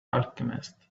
alchemist